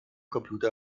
computer